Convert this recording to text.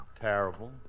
Terrible